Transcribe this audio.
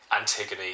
Antigone